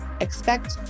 Expect